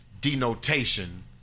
denotation